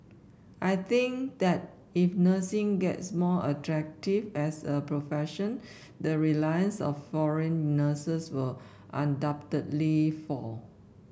I think that if nursing gets more attractive as a profession the reliance on foreign nurses will undoubtedly fall